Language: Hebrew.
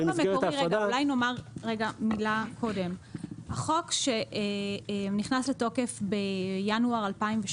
אולי נאמר מילה קודם: החוק שנכנס לתוקף בינואר 2017